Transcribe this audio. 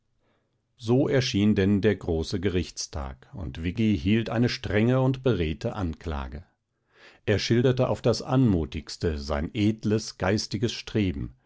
so erschien denn der große gerichtstag und viggi hielt eine strenge und beredte anklage er schilderte auf das anmutigste sein edles geistiges streben